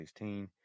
2016